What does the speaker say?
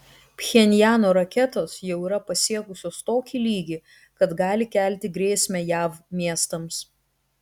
pchenjano raketos jau yra pasiekusios tokį lygį kad gali kelti grėsmę jav miestams